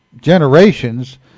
generations